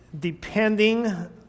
depending